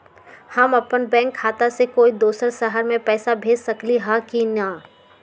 हम अपन बैंक खाता से कोई दोसर शहर में पैसा भेज सकली ह की न?